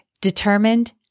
determined